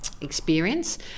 experience